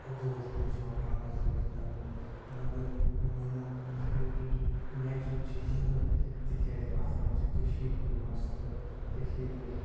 اُردوَس منٛز چھِ یِوان ٹرٛانٛسلیٹ کَرنہٕ مگر میون فیورِٹ میگزیٖن چھِ یِہٲے تِکیٛازِ اَتھ منٛز چھِ کٔشیٖر ہِنٛدۍ مَسلہٕ کٔشیٖرِ ہِنٛز